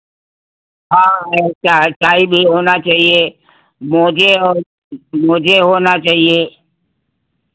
हाँ अच्छा अच्छा टाई भी होना चाहिए मोज़े और मोज़े होना चाहिए